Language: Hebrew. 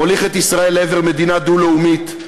מוליך את ישראל לעבר מדינה דו-לאומית,